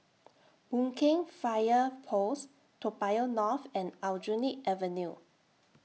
Boon Keng Fire Post Toa Payoh North and Aljunied Avenue